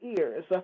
ears